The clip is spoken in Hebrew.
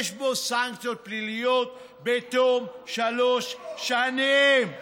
יש בו סנקציות פליליות בתום שלוש שנים.